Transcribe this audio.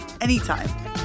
Anytime